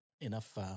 enough